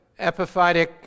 epiphytic